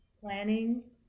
planning